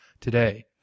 today